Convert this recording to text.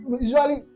usually